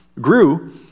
grew